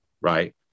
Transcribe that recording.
right